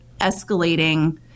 escalating